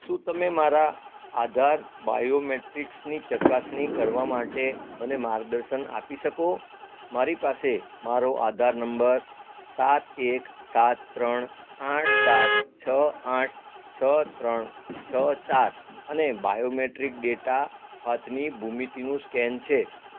શું તમે મારા આધાર બાયોમેટ્રીક્સની ચકાસણી કરવા માટે મને માર્ગદર્શન આપી શકો મારી પાસે મારો આધાર નંબર સાત એક સાત ત્રણ આઠ સાત છ આઠ છ ત્રણ છ ચાર અને બાયોમેટ્રિક ડેટા હાથની ભૂમિતિનું સ્કેન છે